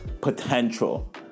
potential